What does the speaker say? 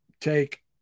take